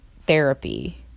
therapy